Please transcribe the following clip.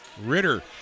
Ritter